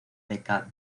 beca